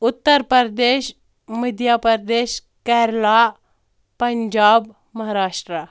Uttar Pradesh Madhya Pradesh Kerala Punjab Maharashtra